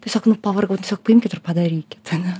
tiesiog pavargau nu tiesiog paimkit ir padarykit ane